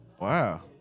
Wow